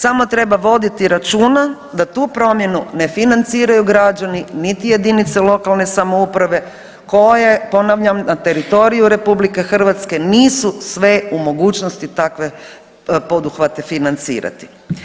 Samo treba vidjeti računa da tu promjenu ne financiraju građani, niti jedinice lokalne samouprave koje ponavljam na teritoriju RH nisu sve u mogućnosti takve poduhvate financirati.